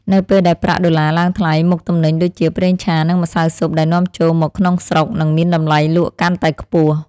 នៅពេលដែលប្រាក់ដុល្លារឡើងថ្លៃមុខទំនិញដូចជាប្រេងឆានិងម្សៅស៊ុបដែលនាំចូលមកក្នុងស្រុកនឹងមានតម្លៃលក់កាន់តែខ្ពស់។